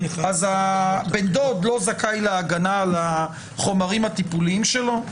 הבן דוד לא זכאי להגנה על החומרים הטיפוליים שלו?